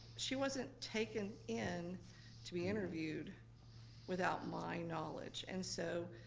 she wasn't taken in to be interviewed without my knowledge, and so,